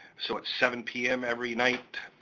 so at seven pm every night,